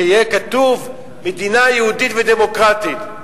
שיהיה כתוב מדינה יהודית ודמוקרטית,